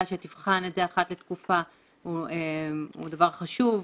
שתבחן את זה אחת לתקופה הוא דבר חשוב,